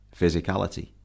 physicality